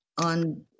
on